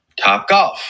Topgolf